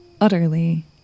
utterly